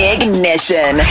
Ignition